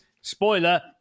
Spoiler